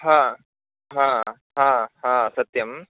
ह ह ह ह सत्यम्